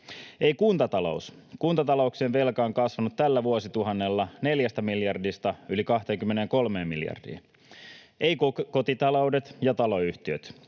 Ei kuntatalous: kuntatalouksien velka on kasvanut tällä vuosituhannella 4 miljardista yli 23 miljardiin. Eivät kotitaloudet ja taloyhtiöt: